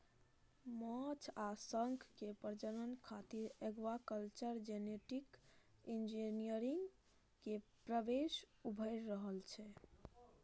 माछ आ शंख के प्रजनन खातिर एक्वाकल्चर जेनेटिक इंजीनियरिंग के प्रयोग उभरि रहल छै